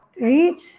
reach